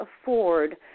afford